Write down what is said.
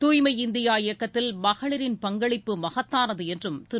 தூய்மை இந்தியா இயக்கத்தில் மகளிரின் பங்களிப்பு மகத்தானது என்றும் திரு